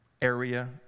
area